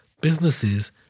businesses